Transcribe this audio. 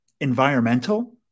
environmental